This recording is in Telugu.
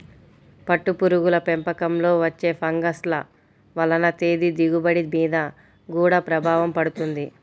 పట్టుపురుగుల పెంపకంలో వచ్చే ఫంగస్ల వలన తేనె దిగుబడి మీద గూడా ప్రభావం పడుతుంది